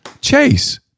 Chase